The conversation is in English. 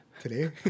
today